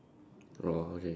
oh okay